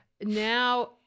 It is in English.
now